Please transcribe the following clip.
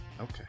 Okay